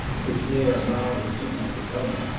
which there mouths into the potomac,